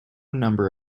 number